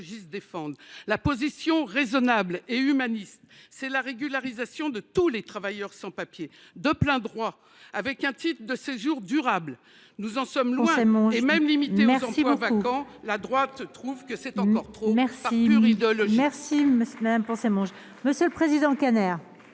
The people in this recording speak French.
la position raisonnable et humaniste, c’est la régularisation de tous les travailleurs sans papiers, de plein droit, par l’octroi d’un titre de séjour durable. Nous en sommes loin ! Même limitée aux emplois vacants, la droite trouve qu’une telle disposition est encore trop, par pure idéologie